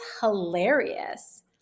hilarious